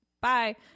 Bye